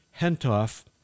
Hentoff